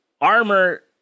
armor